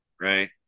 right